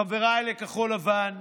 חבריי לכחול לבן,